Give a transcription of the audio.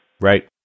Right